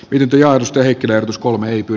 ylityöaste heikkilä uskoo hypyn